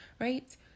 right